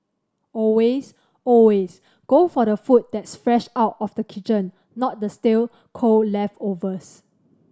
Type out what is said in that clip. always always go for the food that's fresh out of the kitchen not the stale cold leftovers